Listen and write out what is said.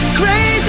crazy